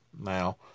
Now